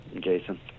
Jason